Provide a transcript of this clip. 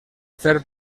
fer